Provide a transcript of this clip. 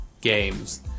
games